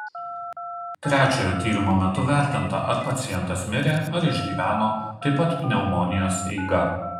trečiojo tyrimo metu vertinta ar pacientas mirė ar išgyveno taip pat pneumonijos eiga